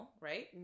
right